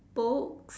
books